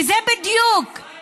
וזה בדיוק הם סוהרים?